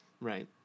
Right